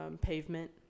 pavement